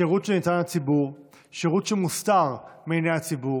שירות שניתן לציבור, שירות שמוסתר מעיני הציבור,